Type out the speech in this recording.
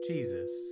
Jesus